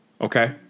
Okay